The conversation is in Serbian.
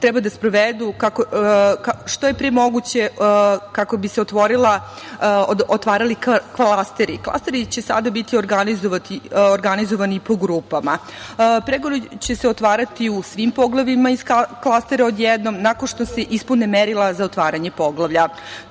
treba da sprovedu što je pre moguće kako bi se otvarali klasteri. Klasteri će sada biti organizovani po grupama. Pregovori će se otvarati u svim poglavljima iz klastera odjednom, nakon što se ispune merila za otvaranje poglavlja.